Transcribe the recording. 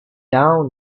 down